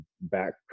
back